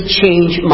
change